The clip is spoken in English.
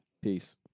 Peace